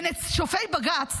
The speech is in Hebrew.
לשופטי בג"ץ